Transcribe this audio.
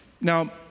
Now